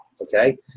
okay